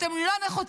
אתם לא נחוצים.